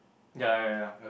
ya ya ya